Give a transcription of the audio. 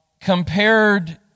compared